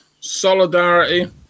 Solidarity